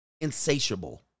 insatiable